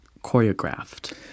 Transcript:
choreographed